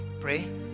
pray